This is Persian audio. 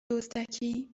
دزدکی